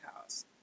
House